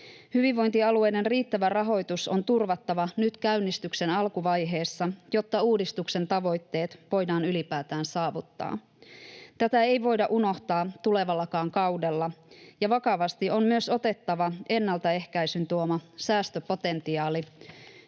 Hyvinvointialueiden riittävä rahoitus on turvattava nyt käynnistyksen alkuvaiheessa, jotta uudistuksen tavoitteet voidaan ylipäätään saavuttaa. Tätä ei voida unohtaa tulevallakaan kaudella, ja vakavasti on myös otettava ennaltaehkäisyn tuoma säästöpotentiaali,